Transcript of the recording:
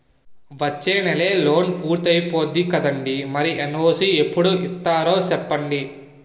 వచ్చేనెలే లోన్ పూర్తయిపోద్ది కదండీ మరి ఎన్.ఓ.సి ఎప్పుడు ఇత్తారో సెప్పండి